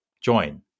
join